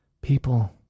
People